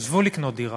עזבו לקנות דירה,